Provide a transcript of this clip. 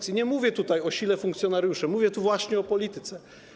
I nie mówię tutaj o sile funkcjonariuszy, mówię właśnie o polityce.